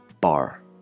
bar